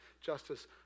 justice